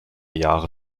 jahre